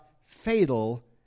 fatal